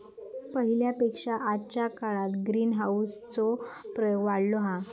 पहिल्या पेक्षा आजच्या काळात ग्रीनहाऊस चो प्रयोग वाढलो हा